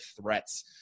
threats